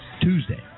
Tuesday